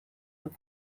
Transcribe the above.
amb